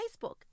Facebook